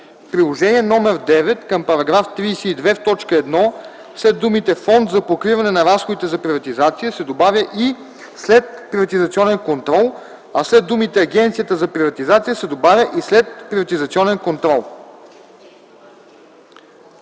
Приложение № 9 към § 32 в т. 1 след думите „Фонд за покриване на разходите за приватизация” се добавя „и следприватизационен контрол”, а след думите „Агенцията за приватизация” се добавя „и следприватизационен контрол”.